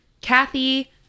Kathy